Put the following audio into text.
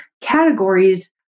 categories